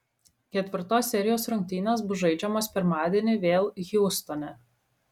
ketvirtos serijos rungtynės bus žaidžiamos pirmadienį vėl hjustone